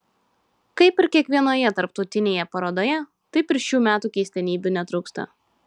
kaip ir kiekvienoje tarptautinėje parodoje taip ir šių metų keistenybių netrūksta